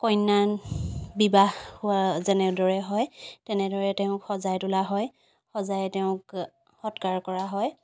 কন্যা বিবাহ হোৱা যেনেদৰে হয় তেনেদৰে তেওঁক সজাই তোলা হয় সজাই তেওঁক সৎকাৰ কৰা হয়